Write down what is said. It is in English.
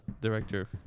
director